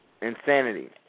Insanity